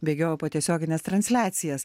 bėgiojau po tiesiogines transliacijas